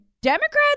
Democrats